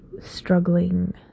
struggling